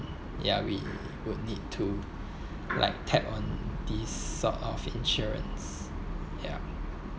ya we would need to like tap on this sort of insurance ya